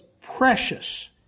Precious